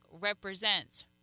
represents